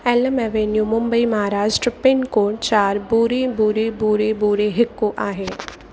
alum avenue Mumbai Maharashtra pincode चारि बुड़ी बुड़ी बुड़ी बुड़ी हिकु आहे